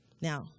Now